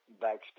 backstage